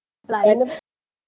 like I